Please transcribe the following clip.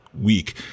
week